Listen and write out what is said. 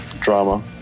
drama